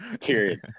Period